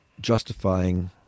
Justifying